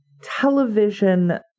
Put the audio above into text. television